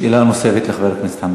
שאלה נוספת לחבר הכנסת חנא